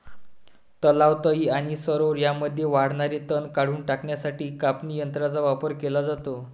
तलाव, तळी आणि सरोवरे यांमध्ये वाढणारे तण काढून टाकण्यासाठी कापणी यंत्रांचा वापर केला जातो